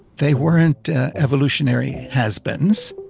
they weren't evolutionary hasbeens.